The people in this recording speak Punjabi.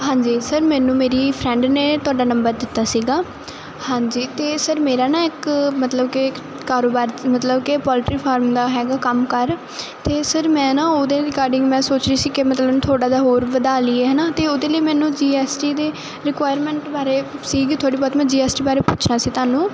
ਹਾਂਜੀ ਸਰ ਮੈਨੂੰ ਮੇਰੀ ਫਰੈਂਡ ਨੇ ਤੁਹਾਡਾ ਨੰਬਰ ਦਿੱਤਾ ਸੀਗਾ ਹਾਂਜੀ ਤੇ ਸਰ ਮੇਰਾ ਨਾ ਇੱਕ ਮਤਲਬ ਕਿ ਕਾਰੋਬਾਰ ਮਤਲਬ ਕਿ ਪੋਲਟਰੀ ਫਾਰਮ ਦਾ ਹੈਗਾ ਕੰਮ ਕਾਰ ਤੇ ਸਰ ਮੈਂ ਨਾ ਉਹਦੇ ਰਿਗਾਰਡਿੰਗ ਮੈਂ ਸੋਚ ਰਹੀ ਸੀ ਕਿ ਮਤਲਬ ਥੋੜਾ ਜਿਹਾ ਹੋਰ ਵਧਾ ਲਈਏ ਹਨਾ ਤੇ ਉਹਦੇ ਲਈ ਮੈਨੂੰ ਜੀ ਐਸ ਟੀ ਦੀ ਰਿਕੁਆਇਰਮੈਂਟ ਬਾਰੇ ਸੀਗੀ ਥੋੜੀ ਬਹੁਤ ਮੈਂ ਜੀ ਐਸ ਟੀ ਬਾਰੇ ਪੁੱਛਣਾ ਸੀ ਤੁਹਾਨੂੰ